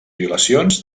violacions